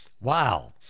Wow